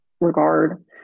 regard